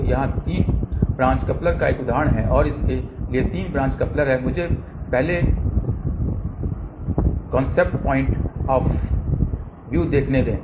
तो यहाँ 3 branch coupler का एक उदाहरण है और इसके लिए 3 ब्रांच कपलर है मुझे पहले कॉन्सेप्ट पॉइंट ऑफ व्यू दिखाने दें